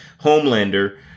Homelander